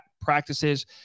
practices